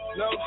no